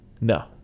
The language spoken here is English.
No